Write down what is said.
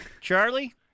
Charlie